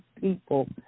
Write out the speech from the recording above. people